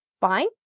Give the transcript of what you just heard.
fine